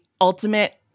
ultimate